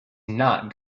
not